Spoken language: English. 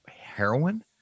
heroin